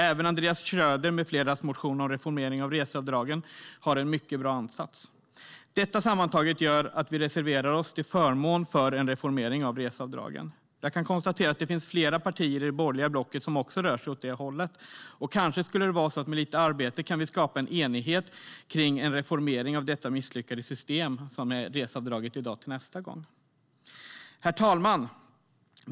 Även motionen från Anders Schröder med flera om reformering av reseavdragen har en mycket bra ansats. Herr talman!